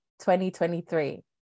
2023